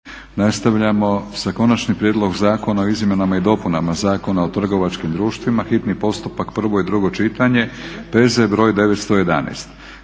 Nastavljam sa: - Konačnim prijedlogom Zakona o izmjenama i dopunama Zakona o trgovačkim društvima, hitni postupak, prvo i drugo čitanje, P.Z.BR.911.